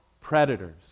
predators